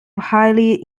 highly